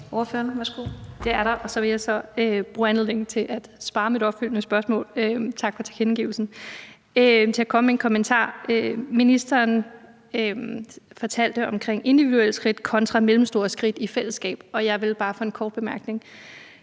Bigum (SF): Det er der. Og så vil jeg så bruge anledningen til at spare mit opfølgende spørgsmål – tak for tilkendegivelsen – og komme med en kommentar. Ministeren fortalte om individuelle skridt kontra mellemstore skridt i fællesskab, og jeg vil bare for en kort bemærkning